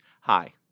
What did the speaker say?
Hi